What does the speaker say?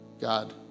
God